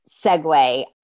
segue